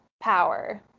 power